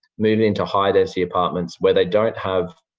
move into high density apartments where they don't have